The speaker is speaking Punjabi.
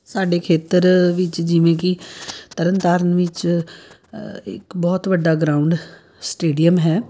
ਸਾਡੇ ਖੇਤਰ ਵਿੱਚ ਜਿਵੇਂ ਕਿ ਤਰਨ ਤਾਰਨ ਵਿੱਚ ਇੱਕ ਬਹੁਤ ਵੱਡਾ ਗਰਾਊਂਡ ਸਟੇਡੀਅਮ ਹੈ